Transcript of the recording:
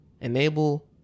enable